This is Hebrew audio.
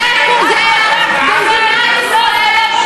זה פוגע במדינת ישראל,